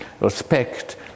respect